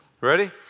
ready